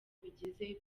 bigeze